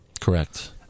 Correct